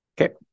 Okay